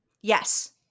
Yes